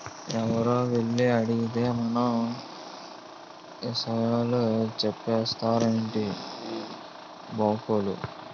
ఎవరో ఎల్లి అడిగేత్తే మన ఇసయాలు సెప్పేత్తారేటి బాంకోలు?